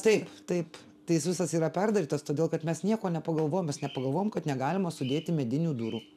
taip taip tai jis visas yra perdarytas todėl kad mes nieko nepagalvojom nepagalvojom kad negalima sudėti medinių durų